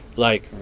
like,